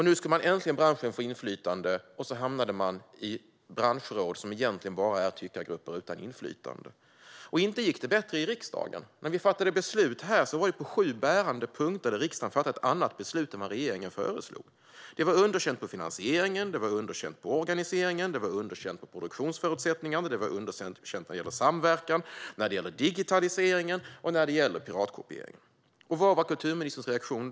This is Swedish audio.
Nu skulle äntligen branschen få inflytande, och så hamnade man i branschråd, som egentligen bara är tyckargrupper utan inflytande. Och inte gick det bättre i riksdagen. När vi fattade beslut här var det på sju bärande punkter som riksdagen fattade ett annat beslut än vad regeringen föreslog. Det var underkänt när det gäller finansieringen. Det var underkänt när det gäller organiseringen. Det var underkänt när det gäller produktionsförutsättningarna. Det var underkänt när det gäller samverkan, när det gäller digitaliseringen och när det gäller piratkopieringen. Vad var kulturministerns reaktion?